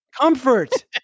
Comfort